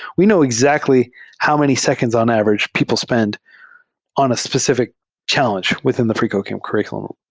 we know exactly how many seconds on average people spend on a specific challenge within the freecodecamp curr iculum.